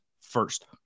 first